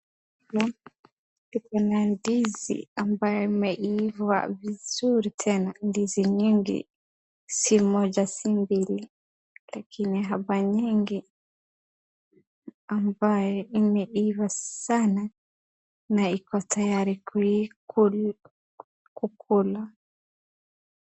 Hapa kuna ndizi ambayo imeiva vizuri tena ndizi nyingi si moja, si mbili lakini hapa nyingi ambayo imeiva sana na iko tayari kukula.